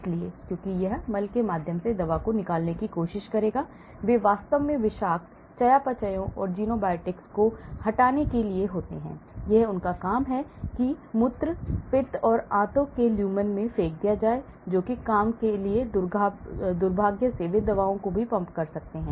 इसलिए क्योंकि यह मल के माध्यम से दवा को निकालने की कोशिश करेगा वे वास्तव में विषाक्त चयापचयों और ज़ेनोबायोटिक्स को हटाने के लिए हैं यह उनका काम है कि मूत्र पित्त और आंतों के लुमेन में फेंक दिया जाए जो कि काम है लेकिन दुर्भाग्य से वे दवाओं को भी पंप करते हैं